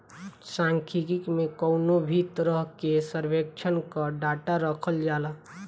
सांख्यिकी में कवनो भी तरही के सर्वेक्षण कअ डाटा रखल जाला